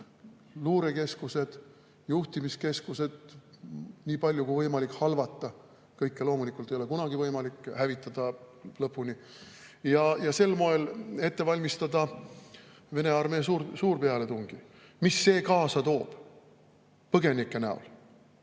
luurekeskusi, juhtimiskeskusi nii palju kui võimalik halvata – kõike loomulikult ei ole kunagi võimalik lõpuni hävitada – ja sel moel ette valmistada Vene armee suurpealetungi. Mida see toob kaasa põgenike näol?